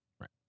right